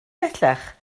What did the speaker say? bellach